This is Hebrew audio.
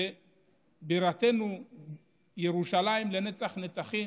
ובירתנו ירושלים לנצח-נצחים.